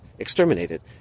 exterminated